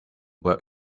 work